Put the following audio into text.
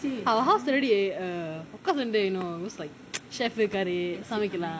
if our house already eh err chef சமைக்கலாம்:samaikalaam